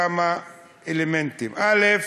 כמה אלמנטים: א.